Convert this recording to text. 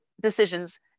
decisions